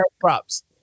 props